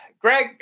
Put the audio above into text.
Greg